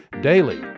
Daily